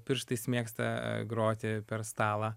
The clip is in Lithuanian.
pirštais mėgsta groti per stalą